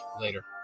later